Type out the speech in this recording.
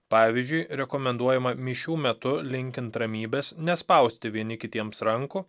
pavyzdžiui rekomenduojama mišių metu linkint ramybės nespausti vieni kitiems rankų